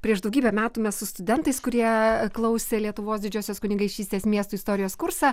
prieš daugybę metų mes su studentais kurie klausė lietuvos didžiosios kunigaikštystės miestų istorijos kursą